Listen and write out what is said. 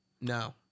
No